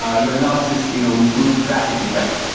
ah your analysis you know improve drastically, right?